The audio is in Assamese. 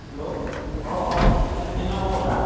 হেল্ল' অঁ অঁ ঐ কেনে খবৰ হা